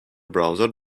browser